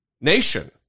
nation